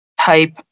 type